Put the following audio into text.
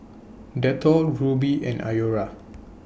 Dettol Rubi and Iora